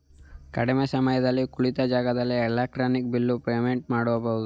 ಕಡಿಮೆ ಸಮಯದಲ್ಲಿ ಕುಳಿತ ಜಾಗದಲ್ಲೇ ಎಲೆಕ್ಟ್ರಿಕ್ ಬಿಲ್ ಪೇಮೆಂಟ್ ಮಾಡಬಹುದು